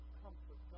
comfort